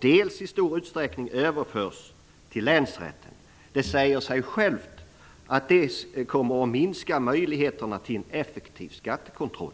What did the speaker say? dels i stor utsträckning överförs till länsrätten. Det säger sig självt att detta skulle minska möjligheterna till en effektiv skattekontroll.